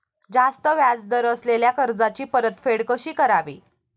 जास्त व्याज दर असलेल्या कर्जाची परतफेड कशी करावी?